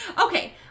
Okay